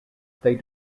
they